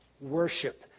Worship